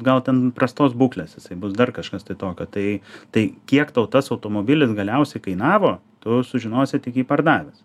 gal ten prastos būklės jisai bus dar kažkas tai tokio tai tai kiek tau tas automobilis galiausiai kainavo tu sužinosi tik jį pardavęs